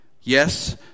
Yes